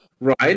right